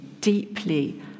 deeply